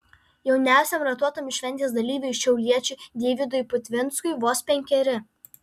jauniausiam ratuotam šventės dalyviui šiauliečiui deividui putvinskui vos penkeri